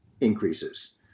increases